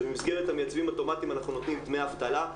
שבמסגרת המיצבים אוטומטיים אנחנו נותנים דמי אבטלה.